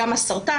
גם הסרטן,